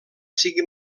sigui